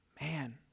man